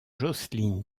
jocelyn